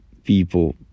People